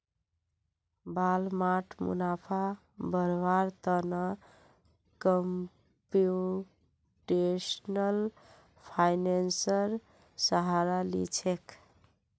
Walmart मुनाफा बढ़व्वार त न कंप्यूटेशनल फाइनेंसेर सहारा ली छेक